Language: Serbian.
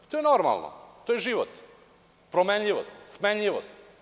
To je normalno, to je život, promenljivost, smenjivost.